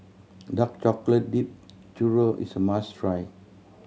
dark chocolate dipped churro is a must try